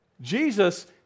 Jesus